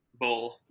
Bowl